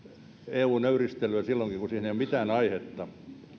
eu nöyristelyä silloinkin kun siihen ei ole mitään aihetta ei